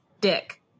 dick